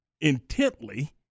intently